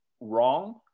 wrong